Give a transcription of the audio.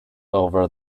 over